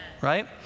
Right